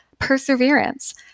perseverance